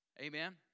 Amen